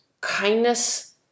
Kindness